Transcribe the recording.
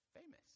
famous